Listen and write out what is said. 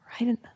right